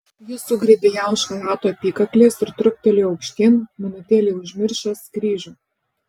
jis sugriebė ją už chalato apykaklės ir truktelėjo aukštyn minutėlei užmiršęs kryžių